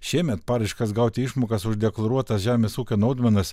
šiemet paraiškas gauti išmokas už deklaruotas žemės ūkio naudmenas